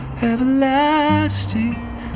Everlasting